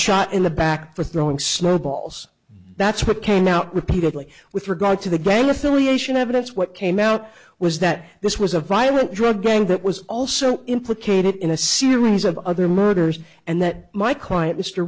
shot in the back for throwing snowballs that's what came out repeatedly with regard to the gang affiliation evidence what came out was that this was a violent drug gang that was also implicated in a series of other murders and that my client m